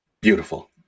Beautiful